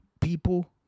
people